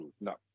no